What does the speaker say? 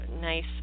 nice